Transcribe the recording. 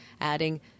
adding